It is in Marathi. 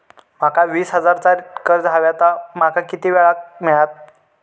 माका वीस हजार चा कर्ज हव्या ता माका किती वेळा क मिळात?